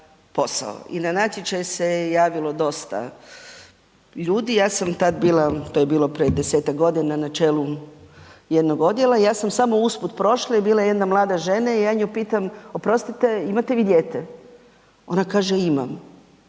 i na natječaj se javilo dosta ljudi, ja sam tad bila to je bilo prije 10-tak godina na čelu jednog odjela i ja sam samo usput prošla i bila je jedna mlada žena i ja nju pitam, oprostite imate vi dijete, ona kaže imam,